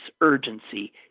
urgency